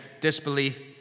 disbelief